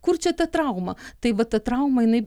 kur čia ta trauma tai vat ta trauma jinai